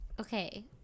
Okay